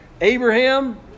Abraham